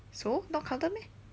so not counted meh